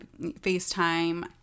FaceTime